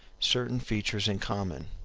certain features in common,